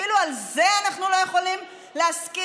אפילו על זה אנחנו לא יכולים להסכים?